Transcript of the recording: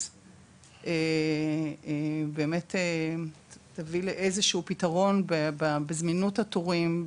באמת תביא לאיזשהו פתרון בזמינות התורים,